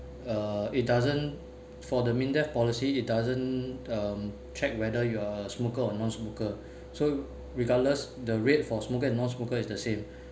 uh it doesn't for the MINDEF policy it doesn't um check whether you're a smoker or a non-smoker so regardless the rate for smoker and non-smoker is the same